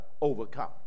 overcome